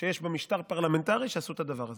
שיש בה משטר פרלמנטרי ועשו את הדבר הזה.